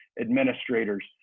administrators